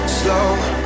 slow